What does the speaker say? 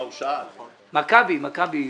מה הסיכום?